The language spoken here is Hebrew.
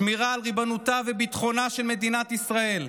שמירה על ריבונותה וביטחונה של מדינת ישראל,